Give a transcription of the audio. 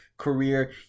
career